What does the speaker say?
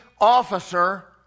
officer